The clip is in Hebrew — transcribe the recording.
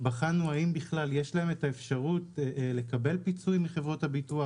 בחנו האם בכלל יש להם אפשרות לקבל פיצוי מחברות הביטוח.